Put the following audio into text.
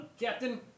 Captain